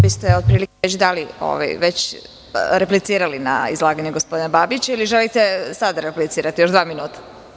Vi ste već replicirali na izlaganje gospodina Babića, ili želite sada da replicirate, još dva minuta?